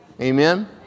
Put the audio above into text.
Amen